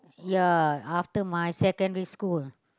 ya after my secondary school